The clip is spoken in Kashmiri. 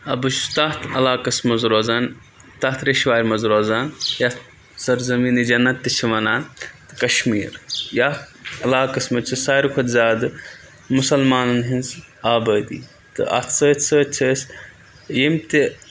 بہٕ چھُس تَتھ علاقَس منٛز روزان تَتھ رِشوارِ منٛز روزان یَتھ سَر زٔمیٖنہِ جنت تہِ چھِ وَنان کَشمیٖر یتھ علاقَس منٛز چھِ ساروی کھۄتہٕ زیادٕ مُسلمانَن ہِنٛز آبٲدی تہٕ اَتھ سۭتۍ سۭتۍ چھِ أسۍ یِم تہِ